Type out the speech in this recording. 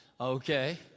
Okay